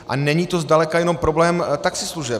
A není to zdaleka jenom problém taxislužeb.